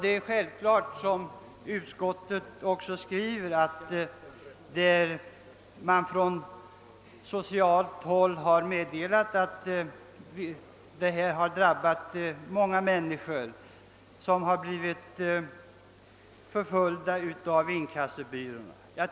Det är som utskottet skriver självklart att många människor på detta sätt blir förföljda av inkassobyråerna.